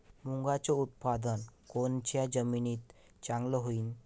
मुंगाचं उत्पादन कोनच्या जमीनीत चांगलं होईन?